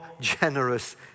generous